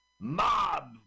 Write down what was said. mob